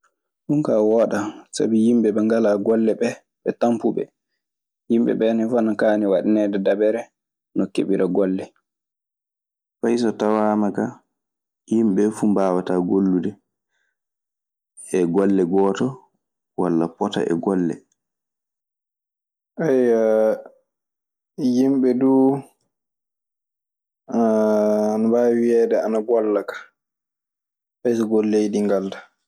Ɗun kaa wooɗaa, sabi yimɓe ɓe ngalaa golle ɓee, ɓe tampuɓe. Yimɓe ɓee ne fuu ana kaani waɗaneede dabere no keɓira golle. Fay so tawaama kaa, yimɓe ɓee fuu mbaawataa gollude e golle gooto, walla fota e golle. Yimɓe duu ana mbaawi wiyeede ana golla ka. Fay so golleeji ɗii ngaldaa.